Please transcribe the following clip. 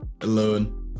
alone